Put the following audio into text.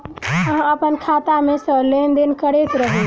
अहाँ अप्पन खाता मे सँ लेन देन करैत रहू?